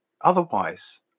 otherwise